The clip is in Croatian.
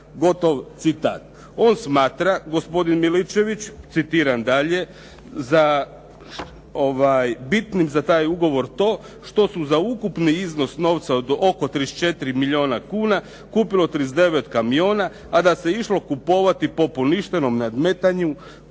Gotov citat. On smatra, gospodin Miličević, citiram dalje: “bitnim za taj ugovor to što su za ukupni iznos novca od oko 34 milijuna kuna kupljeno 39 kamiona, a da se išlo kupovati po poništenom nadmetanju